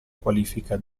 qualifica